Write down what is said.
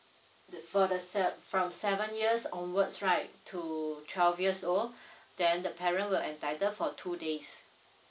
th for the se~ from seven years onwards right to twelve years old then the parent will entitle for two days